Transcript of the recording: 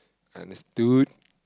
understood